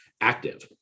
active